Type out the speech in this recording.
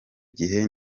gihe